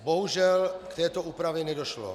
Bohužel k této úpravě nedošlo.